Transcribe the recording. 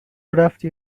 رفتی